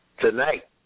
tonight